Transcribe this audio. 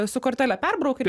su kortele perbrauk ir